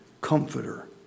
comforter